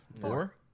Four